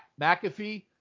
McAfee